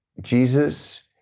Jesus